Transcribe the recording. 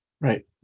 Right